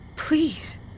Please